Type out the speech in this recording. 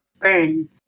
burn